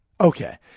Okay